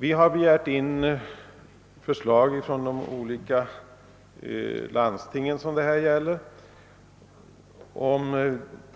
Vi har begärt förslag från de ifrågavarande landstingen beträffande